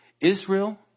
Israel